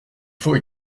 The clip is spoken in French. faut